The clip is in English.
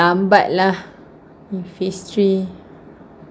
lambat lah if phase three